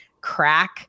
crack